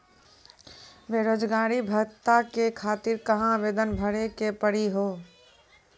बेरोजगारी भत्ता के खातिर कहां आवेदन भरे के पड़ी हो?